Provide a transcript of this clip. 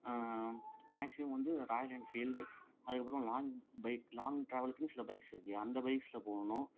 maximum வந்து Royal Enfield அதுக்கப்புறம் long bike long ட்ராவலுக்குன்னு சில பைக்ஸ் இருக்குது அந்த பைக்ஸில் போகணும்